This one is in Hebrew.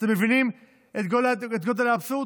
אתם מבינים את גודל האבסורד?